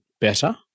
better